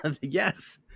Yes